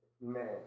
Man